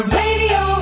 radio